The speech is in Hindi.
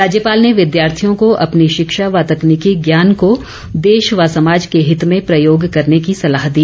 राज्यपाल ने विद्यार्थियों को अपनी शिक्षा व तकनीकी ज्ञान को देश व समाज के हित में प्रयोग करने की सलाह दी